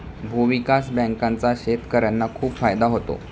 भूविकास बँकांचा शेतकर्यांना खूप फायदा होतो